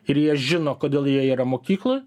ir jie žino kodėl jie yra mokykloj